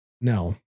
No